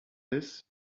this